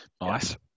Nice